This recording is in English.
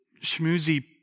schmoozy